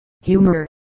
humor